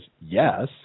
yes